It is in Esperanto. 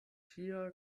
ĉia